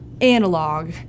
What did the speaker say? analog